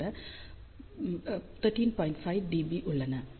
5dB உள்ளன